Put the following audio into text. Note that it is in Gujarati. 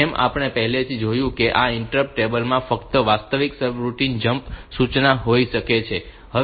જેમ આપણે પહેલાથી જ કહ્યું છે કે આ ઇન્ટરપ્રીટર ટેબલમાં ફક્ત વાસ્તવિક સર્વિસ રૂટિન માટે જમ્પ સૂચના હોઈ શકે છે